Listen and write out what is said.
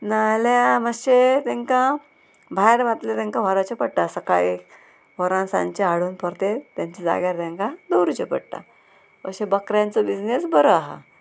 नाल्यार मातशें तेंकां भायर घातलें तेंकां व्हराचें पडटा सकाळीं व्होरोन सांजचें हाडून परतें तेंच्या जाग्यार तेंकां दवरचें पडटा अशें बकऱ्यांचो बिजनेस बरो आहा